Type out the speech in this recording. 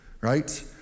right